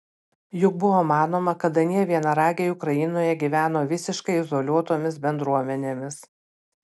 juk buvo manoma kad anie vienaragiai ukrainoje gyveno visiškai izoliuotomis bendruomenėmis